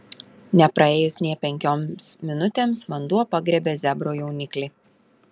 nepraėjus nė penkioms minutėms vanduo pagriebė zebro jauniklį